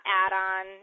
add-on